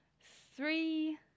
three